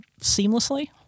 seamlessly